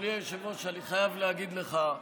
אדוני היושב-ראש, אני חייב להגיד לך,